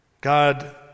God